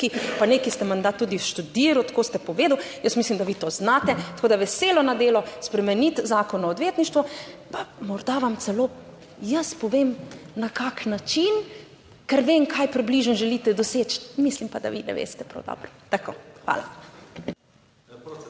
pa nekaj ste menda tudi študiral, tako ste povedal, jaz mislim, da vi to znate, tako da veselo na delo, spremeniti. Zakon o odvetništvu. Pa morda vam celo jaz povem na kakšen način, ker vem kaj približno želite doseči, mislim pa, da vi ne veste prav dobro. Tako. Hvala.